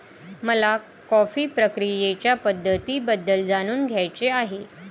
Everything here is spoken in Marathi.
मला कॉफी प्रक्रियेच्या पद्धतींबद्दल जाणून घ्यायचे आहे